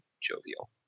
jovial